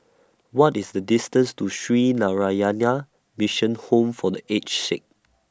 What IS The distance to Sree Narayana Mission Home For The Aged Sick